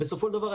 בסופו של דבר,